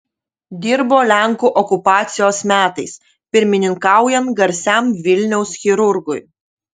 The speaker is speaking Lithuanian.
dirbo lenkų okupacijos metais pirmininkaujant garsiam vilniaus chirurgui